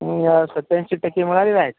मी सत्याऐंशी टक्के मिळालेले आहेत